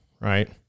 Right